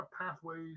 pathways